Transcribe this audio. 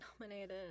nominated